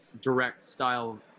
direct-style